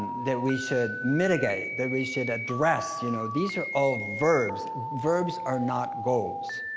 that we should mitigate, that we should address. you know these are all verbs. verbs are not goals.